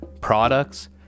products